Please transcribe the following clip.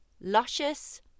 Luscious